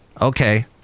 Okay